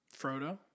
Frodo